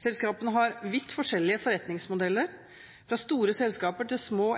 Selskapene har vidt forskjellige forretningsmodeller, fra store selskaper til små